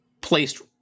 placed